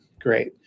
great